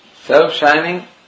self-shining